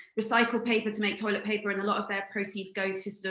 recycled paper to make toilet paper. and a lot of their proceeds go to so